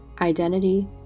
identity